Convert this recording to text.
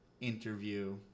interview